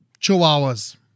Chihuahuas